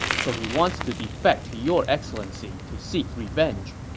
so he wants to defect to your excellency to seek revenge.